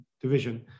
division